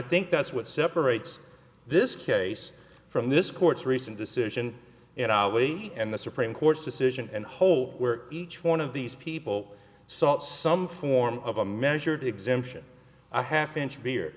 think that's what separates this case from this court's recent decision in ali and the supreme court's decision and whole where each one of these people sought some form of a measured exemption i half inch beer